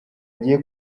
ngiye